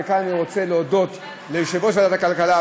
וכאן אני רוצה להודות ליושב-ראש ועדת הכלכלה,